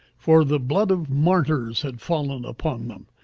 for the blood of martyrs had fallen upon them,